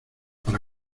para